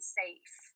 safe